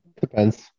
Depends